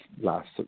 last